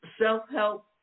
self-help